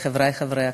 של חברת הכנסת